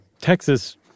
Texas